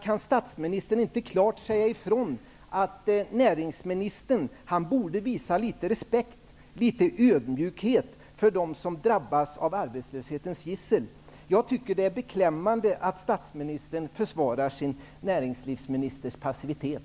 Kan statsministern inte klart säga ifrån att näringsministern borde visa litet respekt och litet ödmjukhet för dem som drabbas av arbetslöshetens gissel? Jag tycker att det är beklämmande att statsministern försvarar sin näringsministers passivitet.